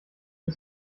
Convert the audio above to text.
ihr